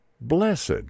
blessed